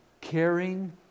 caring